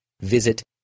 Visit